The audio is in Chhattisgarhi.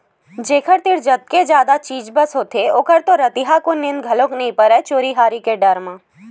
जेखर तीर जतके जादा चीज बस होथे ओखर तो रतिहाकुन नींद घलोक नइ परय चोरी हारी के डर म